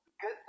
good